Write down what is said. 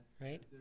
Right